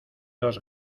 dos